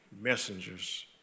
messengers